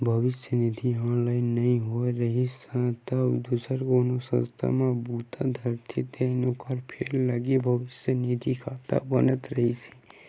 भविस्य निधि ह ऑनलाइन नइ होए रिहिस हे तब दूसर कोनो संस्था म बूता धरथे त ओखर फेर अलगे भविस्य निधि खाता बनत रिहिस हे